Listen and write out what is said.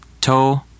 Toe